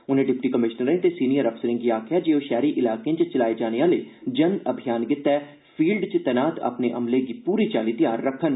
उनें डिप्टी कमिशनरें ते सीनियर अफसरें गी आखेआ जे ओह् शैहरी इलाकें च चलाए जाने आहले जन अभियान गितै फील्ड च तैनात अमले गी पूरी चाल्ली तैयार रक्खन